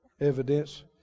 evidence